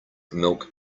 milk